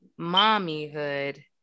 mommyhood